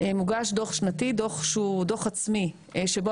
מוגש דו"ח שנתי שהוא דו"ח עצמי שבו